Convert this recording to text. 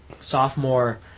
sophomore